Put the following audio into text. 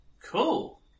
Cool